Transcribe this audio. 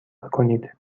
کنید